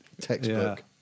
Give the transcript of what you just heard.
textbook